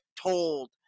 told